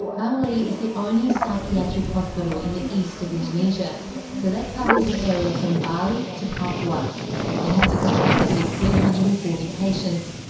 bangli is the only psychiatric hospital in the east of indonesia. so that covers an area from bali to papua. it has a capacity of three hundred and forty patients,